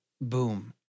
boom